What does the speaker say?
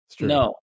no